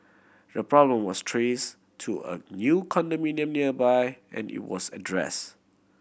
the problem was trace to a new condominium nearby and it was address